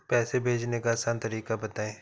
पैसे भेजने का आसान तरीका बताए?